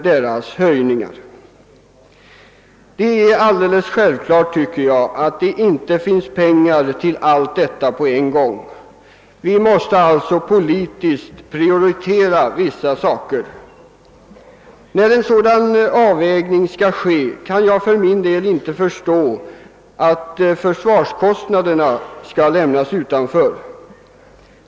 Det är, tycker jag, alldeles klart att det inte finns pengar till allt detta på en gång. Vi måste alltså prioritera vissa ting. Och vid en sådan avvägning kan jag för min del inte förstå att försvarskostnaderna skulle lämnas utanför.